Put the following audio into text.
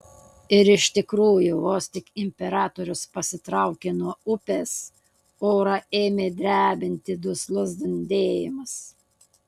ir iš tikrųjų vos tik imperatorius pasitraukė nuo upės orą ėmė drebinti duslus dundėjimas